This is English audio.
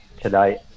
today